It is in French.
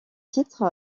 titre